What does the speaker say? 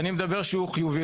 אני מדבר שהוא חיובי